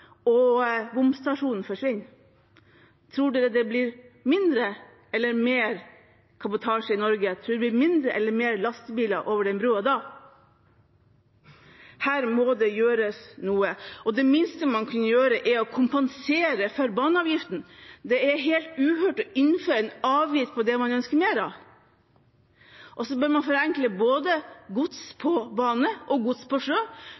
og bomstasjonen forsvinner. Tror man det blir mindre eller mer kabotasje i Norge? Tror man det blir færre eller flere lastebiler over den brua da? Her må det gjøres noe. Det minste man kan gjøre, er å kompensere for baneavgiften. Det er helt uhørt å innføre en avgift på det man ønsker mer av. Så bør man forenkle for godstransporten på både bane og sjø. Godstransporten på sjø